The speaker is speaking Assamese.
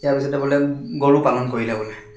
ইয়াৰ পিছতে বোলে গৰু পালন কৰিলে বোলে